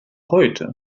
heute